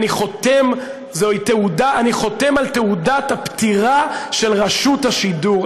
אני חותם על תעודת הפטירה של רשות השידור.